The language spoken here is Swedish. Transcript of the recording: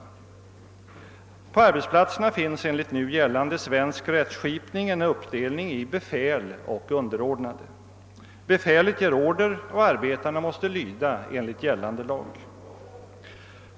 På dessa finns enligt nu gällande svensk rättskipning en uppdelning i befäl och underordnade. Befälet ger order, och arbetarna måste lyda enligt gällande lag.